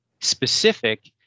specific